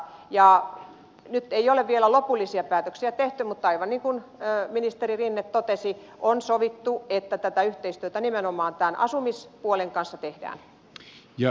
nyt ei ole vielä lopullisia päätöksiä tehty mutta aivan niin kuin ministeri rinne totesi on sovittu että tätä yhteistyötä nimenomaan asumispuolen kanssa tehdään